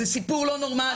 זה סיפור לא נורמלי.